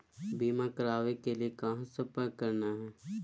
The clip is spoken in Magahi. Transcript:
बीमा करावे के लिए कहा संपर्क करना है?